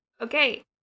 okay